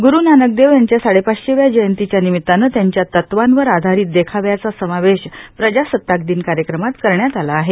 गुरू नानक देव यांच्या साडेपाचशेव्या जयंतीच्या निमित्तानं त्यांच्या तत्यांवर आधारित देखाव्याचा समावेश प्रजासत्ताक दिन कार्यक्रमात करण्यात आला आहे